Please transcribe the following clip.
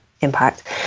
impact